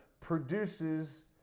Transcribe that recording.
produces